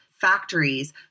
factories